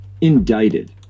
indicted